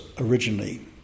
originally